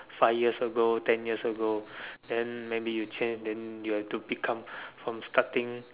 five years ago ten years ago then maybe you change then you are to become from starting